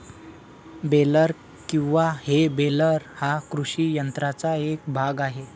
baler किंवा हे baler हा कृषी यंत्राचा एक भाग आहे